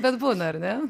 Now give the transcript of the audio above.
bet būna ar ne